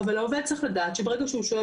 יש לזה משמעויות על הכספים.